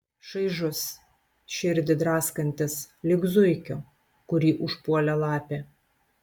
šaižus širdį draskantis lyg zuikio kurį užpuolė lapė